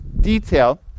detail